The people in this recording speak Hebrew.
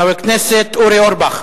חבר הכנסת אורי אורבך.